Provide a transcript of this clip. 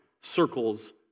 circles